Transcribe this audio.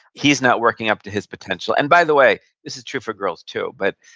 he's not working up to his potential. and by the way, this is true for girls too, but,